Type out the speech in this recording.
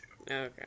Okay